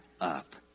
up